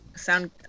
sound